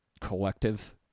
collective